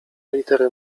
litery